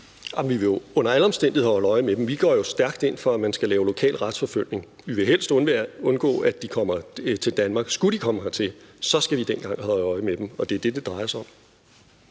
vi vil jo under alle omstændigheder holde øje med dem. Vi går stærkt ind for, at man skal lave lokal retsforfølgelse. Vi vil helst undgå, at de kommer til Danmark, men skulle de komme hertil, skal vi i den grad holde øje med dem, og det er det, det drejer sig om.